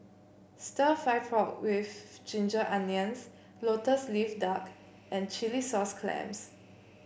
stir fry pork with Ginger Onions lotus leaf duck and Chilli Sauce Clams